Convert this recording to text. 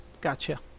Gotcha